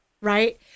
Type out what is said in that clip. right